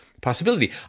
possibility